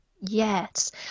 Yes